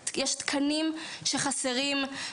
תקנים,